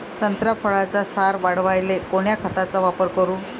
संत्रा फळाचा सार वाढवायले कोन्या खताचा वापर करू?